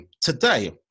today